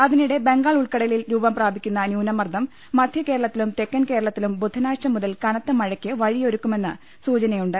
അതിനിടെ ബംഗാൾ ഉൾക്കടലിൽ രൂപംപ്രാപിക്കുന്ന ന്യൂനമർദ്ദം മധ്യകേരളത്തിലും തെക്കൻ കേരളത്തിലും ബുധനാഴ്ച മുതൽ കനത്ത മഴക്ക് വഴിയൊരുക്കു മെന്ന് സൂചനയുണ്ട്